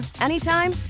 anytime